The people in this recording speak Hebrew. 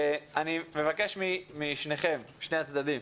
אני מבקש משני הצדדים